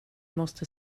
måste